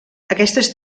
aquestes